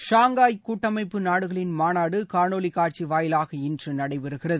Shanghai கூட்டமைப்பு நாடுகளின் மாநாடு காணொலி காட்சி வாயிலாக இன்று நடைபெறுகிறது